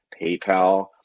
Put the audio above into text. PayPal